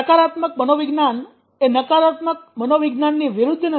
સકારાત્મક મનોવિજ્ઞાન એ નકારાત્મક મનોવિજ્ઞાનની વિરુદ્ધ નથી